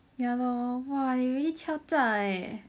ya lor !wah! they really 敲诈 leh